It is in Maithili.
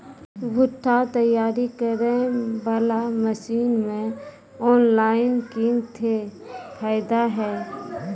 भुट्टा तैयारी करें बाला मसीन मे ऑनलाइन किंग थे फायदा हे?